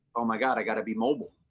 oh, my god, i got to be mobile,